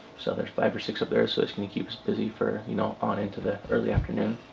so there's five or six up there, so gonna keep us busy for you know on into the early afternoon.